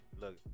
look